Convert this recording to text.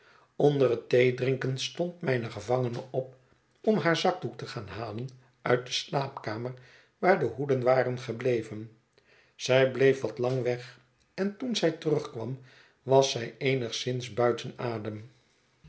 onder het theedrinken stond mijne gevangene op om haar zakdoek te gaan halen uit de slaapkamer waar de hoeden waren gebleven zij bleef wat lang weg en toen zij terugkwam was zij eenigszins buiten adem